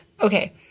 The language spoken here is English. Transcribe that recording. Okay